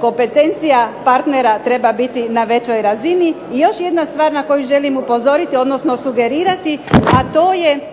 kompetencija partnera treba biti na većoj razini. I još jedna stvar na koju želim upozoriti odnosno sugerirati, a to je